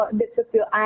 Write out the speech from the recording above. disappear